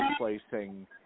replacing